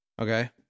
Okay